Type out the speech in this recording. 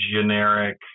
generic